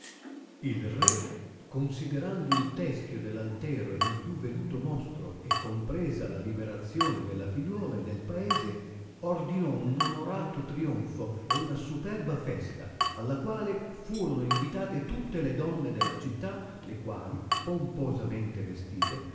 il re considerando il teschio dell altero e non più veduto mostro e compresa la liberazione della figliuola e del paese ordinò un onorato trionfo e una superba festa alla quale furono invitate tutte le donne della città le quali pomposamente vestite